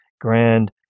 grand